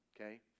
Okay